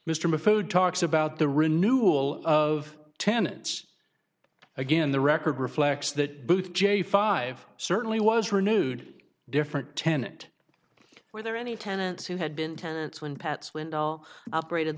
mayfield talks about the renewal of tenants again the record reflects that both jay five certainly was renewed different tenant were there any tenants who had been tenants when pat swindle operated